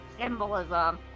Symbolism